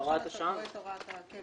עכשיו אתה קורא את הוראת הקבע.